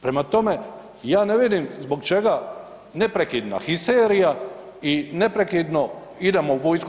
Prema tome, ja ne vidim zbog čega neprekidna histerija i neprekidno idemo vojsku